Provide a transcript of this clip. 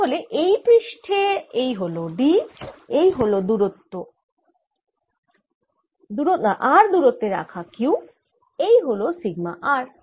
তাহলে এই পৃষ্ঠে এই হল d এই হল r দুরত্বে রাখা q এই হল সিগমা r